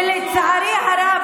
ולצערי הרב,